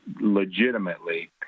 legitimately